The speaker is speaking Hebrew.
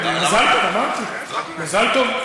אמרתי: מזל טוב.